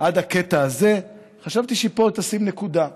עד הקטע הזה, וחשבתי שפה היא תשים נקודה.